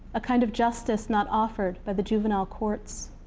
a kind of justice not offered by the juvenile courts.